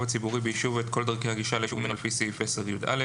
הציבורי ביישוב או את כל דרכי הגישה ליישוב וממנו לפי סעיף 10יא".